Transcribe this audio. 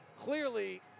clearly